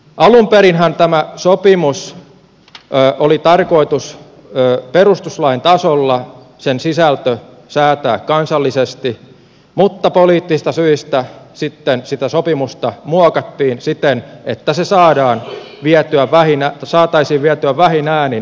alun perinhän tämän sopimuksen sisältö oli tarkoitus perustuslain tasolla säätää kansallisesti mutta poliittisista syistä sitten sitä sopimusta muokattiin siten että se saataisiin vietyä vähin äänin jäsenmaissa läpi